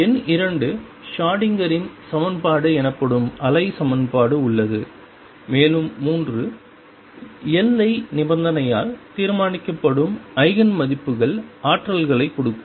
எண் 2 ஷ்ரோடிங்கரின் Schrödinger's சமன்பாடு எனப்படும் அலை சமன்பாடு உள்ளது மேலும் 3 எல்லை நிபந்தனையால் தீர்மானிக்கப்படும் ஐகேன் மதிப்புகள் ஆற்றல்களைக் கொடுக்கும்